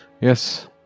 yes